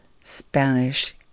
Spanish